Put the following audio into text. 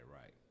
right